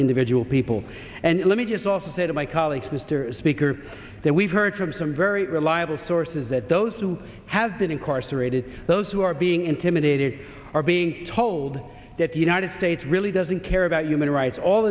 individual people and let me just also say to my colleagues mr speaker that we've heard from some very reliable sources that those who have been incarcerated those who are being intimidated are being told that the united states really doesn't care about human rights all